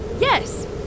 yes